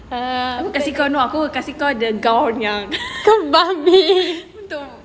aku kasi kau you know aku kasi kau the dog yang bodoh